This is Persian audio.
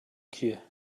کیه